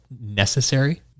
necessary